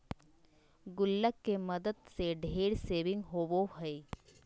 गुल्लक के मदद से ढेर सेविंग होबो हइ